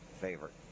favorite